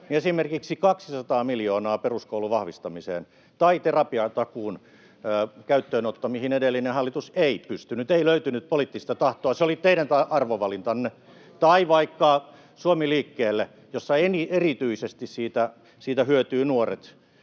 esimerkiksi 200 miljoonaa peruskoulun vahvistamiseen tai terapiatakuun käyttöönotto, mihin edellinen hallitus ei pystynyt — ei löytynyt poliittista tahtoa, ja se oli teidän arvovalintanne — tai vaikka Suomi liikkeelle, josta erityisesti hyötyvät nuoret